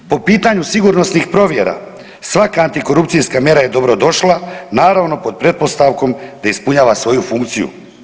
Po pitanju sigurnosnih provjera svaka antikorupcijska mjera je dobro došla, naravno pod pretpostavkom da ispunjava svoju funkciju.